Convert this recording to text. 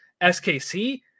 skc